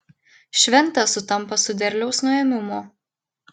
šventė sutampa su derliaus nuėmimu